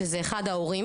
שזה אחד ההורים,